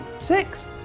six